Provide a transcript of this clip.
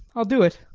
i'll do't.